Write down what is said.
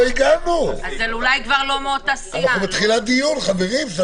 אנחנו בתחילת דיון, חברים.